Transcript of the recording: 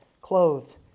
clothed